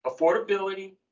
affordability